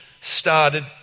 started